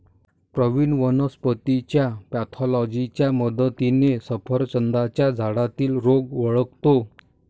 प्रवीण वनस्पतीच्या पॅथॉलॉजीच्या मदतीने सफरचंदाच्या झाडातील रोग ओळखतो